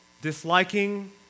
disliking